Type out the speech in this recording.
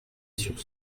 sur